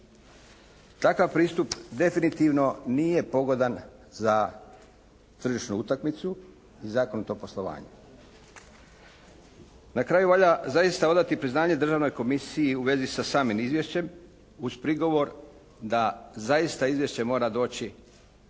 Takav pristup definitivno nije pogodan za tržišnu utakmicu i zakonito poslovanje. Na kraju valja zaista odati priznanje Državnoj komisiji u vezi sa samim Izvješćem uz prigovor da zaista Izvješće mora doći